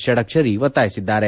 ಷಡಕ್ಷರಿ ಒತ್ತಾಯಿಸಿದ್ದಾರೆ